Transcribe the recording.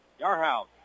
Yarhouse